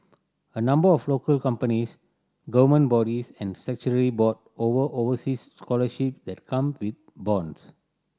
a number of local companies government bodies and statutory board over overseas scholarship that come with bonds